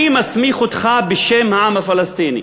אני מסמיך אותך בשם העם הפלסטיני,